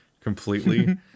completely